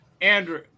Andrew